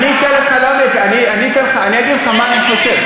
אני אתן לך, אני אגיד לך מה אני חושב.